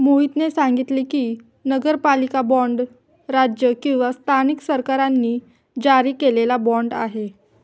मोहितने सांगितले की, नगरपालिका बाँड राज्य किंवा स्थानिक सरकारांनी जारी केलेला बाँड आहे